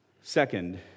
Second